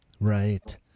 Right